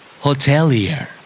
Hotelier